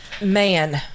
man